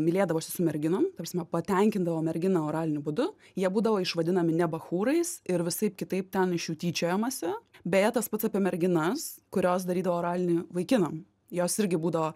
mylėdavosi su merginom ta prasme patenkindavo merginą oraliniu būdu jie būdavo išvadinami ne bachūrais ir visaip kitaip ten iš jų tyčiojamasi beje tas pats apie merginas kurios daryti oralinį vaikinam jos irgi būdavo